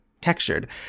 textured